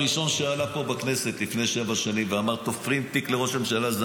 הראשון שעלה פה בכנסת לפני שבע שנים ואמר תופרים תיק לראש הממשלה,